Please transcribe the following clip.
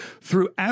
throughout